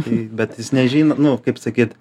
tai bet jis nežino nu kaip sakyt